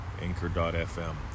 anchor.fm